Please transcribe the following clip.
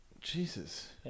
Jesus